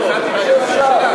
לסדר-היום.